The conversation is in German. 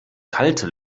kalte